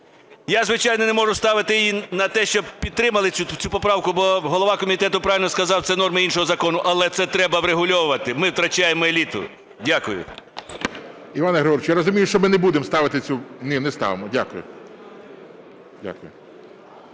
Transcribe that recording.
Я, звичайно, не можу ставити її на те, щоб підтримали цю поправку, бо голова комітету правильно сказав – це норма іншого закону, але це треба врегульовувати, ми втрачаємо еліту. Дякую. ГОЛОВУЮЧИЙ. Іване Григоровичу, я розумію, що ми не будемо ставити цю…? Ні, не ставимо. Дякую.